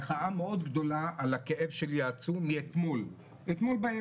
מחאה מאוד גדולה על הכאב העצום שלי מאתמול בערב.